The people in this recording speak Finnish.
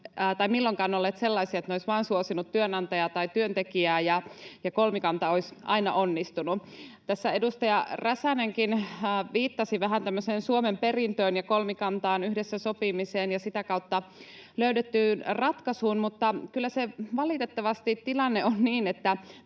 ole milloinkaan olleet sellaisia, että ne olisivat suosineet vain työnantajaa tai työntekijää, ja että kolmikanta olisi aina onnistunut. Tässä edustaja Räsänenkin viittasi vähän tämmöiseen Suomen perintöön ja kolmikantaan, yhdessä sopimiseen ja sitä kautta löydettyyn ratkaisuun. Mutta kyllä valitettavasti tilanne on se, että